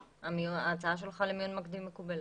ההצעה שלך למיון מקדים מקובלת.